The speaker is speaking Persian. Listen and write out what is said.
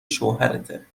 شوهرته